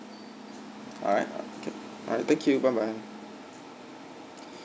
alright okay all right thank you bye bye